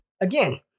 Again